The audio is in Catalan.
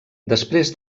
després